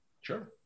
Sure